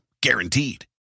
Guaranteed